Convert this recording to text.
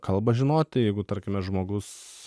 kalbą žinot tai jeigu tarkime žmogus